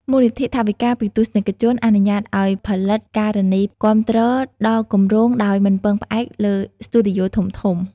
មូលនិធិថវិកាពីទស្សនិកជនអនុញ្ញាតឱ្យផលិតការនីគាំទ្រដល់គម្រោងដោយមិនពឹងផ្អែកលើស្ទូឌីយោធំៗ។